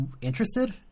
interested